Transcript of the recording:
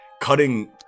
Cutting